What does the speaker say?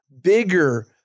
bigger